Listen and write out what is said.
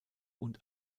und